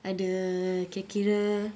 ada kira-kira